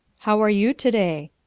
how are you to-day?